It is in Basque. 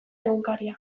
egunkaria